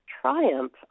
triumph